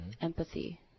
empathy